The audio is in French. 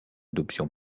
adoption